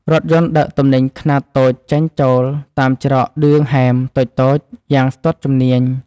រថយន្តដឹកទំនិញខ្នាតតូចចេញចូលតាមច្រកឌឿងហែមតូចៗយ៉ាងស្ទាត់ជំនាញ។